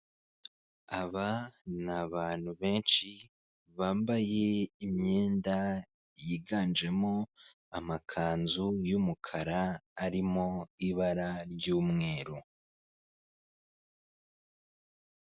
Aba ni abantu benshi bambaye imyenda yiganjemo amakanzu y'umukara arimo ibara ry'umweru .